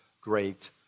great